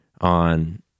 on